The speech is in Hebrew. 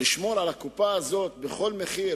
לשמור על הקופה הזאת בכל מחיר,